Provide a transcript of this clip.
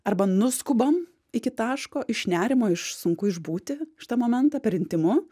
arba nuskubam iki taško iš nerimo iš sunku išbūti šitą momentą per intymu